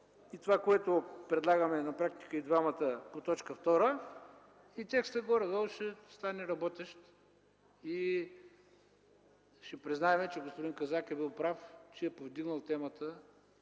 и това, което предлагаме двамата по т. 2. Така текстът горе-долу ще стане работещ и ще признаем, че господин Казак е бил прав, че е повдигнал темата